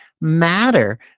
matter